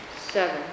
seven